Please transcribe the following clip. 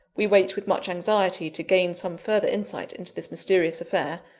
we wait with much anxiety to gain some further insight into this mysterious affair,